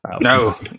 No